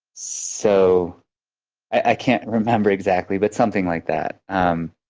so i can't remember exactly but something like that. um